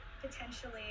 Potentially